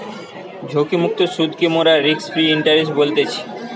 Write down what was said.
ঝুঁকিমুক্ত সুদকে মোরা রিস্ক ফ্রি ইন্টারেস্ট বলতেছি